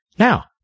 Now